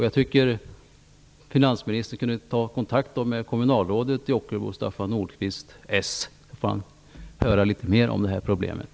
Jag tycker att finansministern kunde ta kontakt med kommunalrådet i Ockelbo, Staffan Nordqvist så att han får höra litet mer om det här problemet.